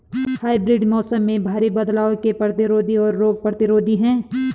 hybrid बीज मौसम में भारी बदलाव के प्रतिरोधी और रोग प्रतिरोधी हैं